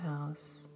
house